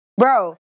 bro